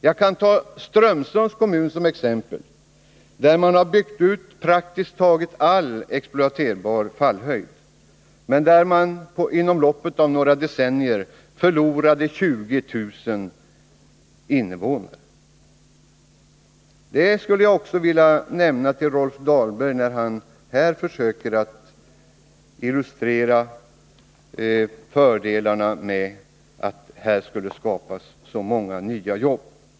Jag kan ta Strömsunds kommun som exempel. Där har man byggt ut praktiskt taget all exploaterbar fallhöjd, men där förlorade man inom loppet av några decennier 20 000 invånare. Det skulle jag också vilja framhålla för Rolf Dahlberg, när han försöker illustrera fördelarna med utbyggnaden och säger att det skulle skapas så många nya jobb.